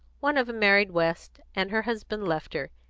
one of em married west, and her husband left her,